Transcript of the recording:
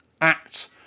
act